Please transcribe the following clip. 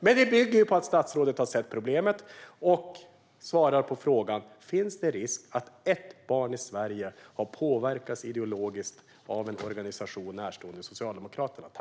Men det bygger på att statsrådet har sett problemet och svarar på frågan: Finns det risk att ett barn i Sverige har påverkat ideologiskt av en organisation närstående Socialdemokraterna?